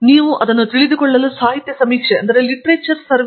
ಆದ್ದರಿಂದ ನೀವು ಅದನ್ನು ತಿಳಿದುಕೊಳ್ಳಲು ಸಾಹಿತ್ಯ ಸಮೀಕ್ಷೆ ಅಗತ್ಯ